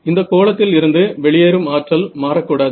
இந்த கோளத்தில் இருந்து வெளியேறும் ஆற்றல் மாறக்கூடாது